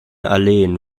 alleen